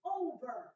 over